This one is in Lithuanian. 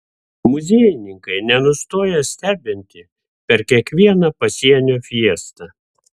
muziejininkai nenustoja stebinti per kiekvieną pasienio fiestą